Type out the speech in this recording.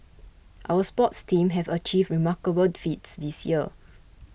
our sports teams have achieved remarkable feats this year